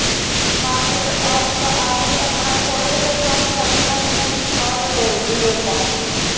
बाकिर अब त आदमी आपन फोने से सब खरीद आ बिक्री कर लेता